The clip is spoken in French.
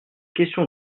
question